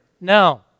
No